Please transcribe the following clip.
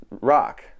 rock